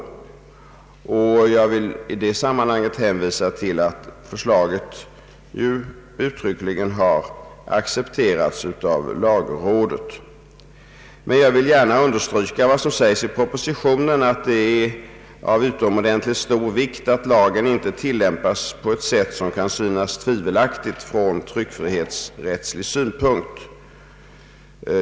Jag vill i det sammanhanget hänvisa till att förslaget uttryckligen har accepterats av lagrådet. Jag vill dock gärna understryka vad som sägs i propositionen, nämligen att det är av utomordentligt stor vikt att lagen inte tillämpas på ett sätt som kan synas tvivelaktigt från tryckfrihetsrättslig synpunkt.